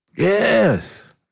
Yes